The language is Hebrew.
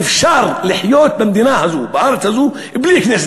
אפשר לחיות במדינה הזאת בארץ הזאת בלי כנסת,